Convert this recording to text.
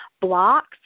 blocks